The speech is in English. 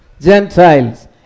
Gentiles